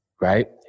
Right